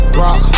rock